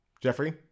Jeffrey